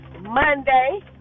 Monday